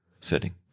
setting